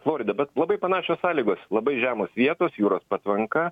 florida bet labai panašios sąlygos labai žemos vietos jūros patvanka